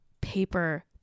paper